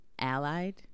Allied